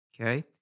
okay